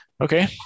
Okay